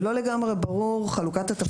ולא לגמרי ברורה חלוקת התפקידים ביניהם.